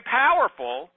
powerful